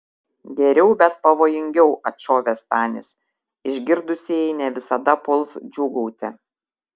geriau bet pavojingiau atšovė stanis išgirdusieji ne visada puls džiūgauti